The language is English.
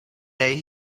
day